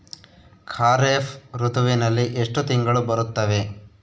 ಖಾರೇಫ್ ಋತುವಿನಲ್ಲಿ ಎಷ್ಟು ತಿಂಗಳು ಬರುತ್ತವೆ?